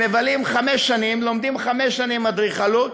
הם מבלים חמש שנים, לומדים חמש שנים אדריכלות,